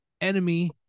Enemy